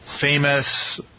famous